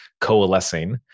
coalescing